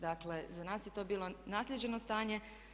Dakle za nas je to bilo naslijeđeno stanje.